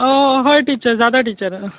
हय टिचर जाता टिचर